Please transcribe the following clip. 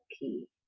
key